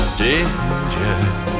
danger